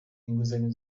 inguzanyo